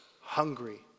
hungry